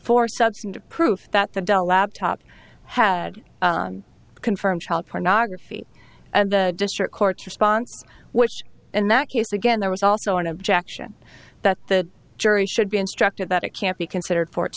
substantive proof that the dell laptop had confirmed child pornography and the district court response which in that use again there was also an objection that the jury should be instructed that it can't be considered for it